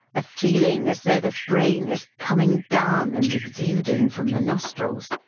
a feeling as though the brain is coming down and exuding from the nostrils,